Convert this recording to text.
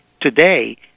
Today